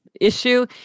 issue